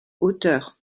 hauteur